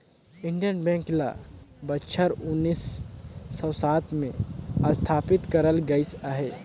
Indian Bank ल बछर उन्नीस सव सात में असथापित करल गइस अहे